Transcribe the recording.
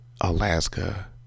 Alaska